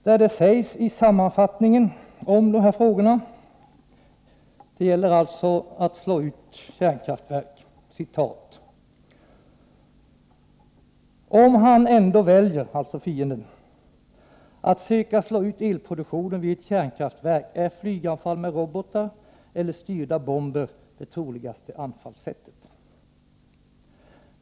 Där sägs det i sammanfattningen när det gäller att slå ut kärnkraftverk: ”Om han” — dvs. fienden — ”ändå väljer att söka slå ut elproduktionen vid ett kärnkraftverk är flyganfall med robotar eller styrda bomber det troligaste anfallssättet.